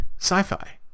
sci-fi